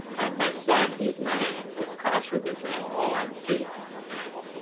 my son, he's nine, his classroom is now all on zoom now.